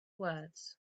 words